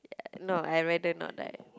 no I rather not die